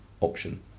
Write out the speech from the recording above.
option